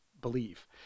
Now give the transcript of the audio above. believe